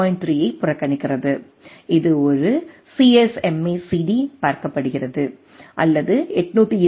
3 ஐ புறக்கணிக்கிறது இது ஒரு சிஎஸ்எம்ஏ சிடியாக CSMACD பார்க்கப்படுகிறது அல்லது 802